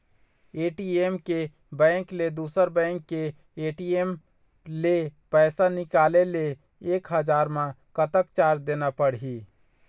ATM के bank ले दुसर बैंक के ए.टी.एम ले पैसा निकाले ले एक हजार मा कतक चार्ज देना पड़ही?